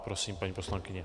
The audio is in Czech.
Prosím, paní poslankyně.